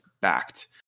backed